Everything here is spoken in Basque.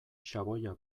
xaboia